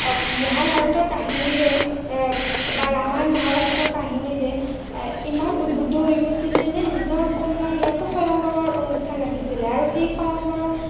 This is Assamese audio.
মহাভাৰতৰ কাহিনীৰে বা ৰামায়ন মহাভাৰতৰ কাহিনীৰে ইমান উদ্বুদ্ধ হৈ গৈছিলে যে নিজৰ কন্যাৰ বিয়াতো সয়ম্বৰৰ অনুষ্ঠান ৰাখিছিলে আৰু সেই সয়ম্বৰত